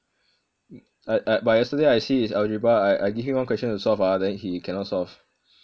I I but yesterday I see his algebra I I give him one question to solve ah then he cannot solve